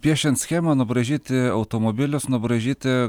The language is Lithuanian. piešiant schemą nubraižyti automobilius nubraižyti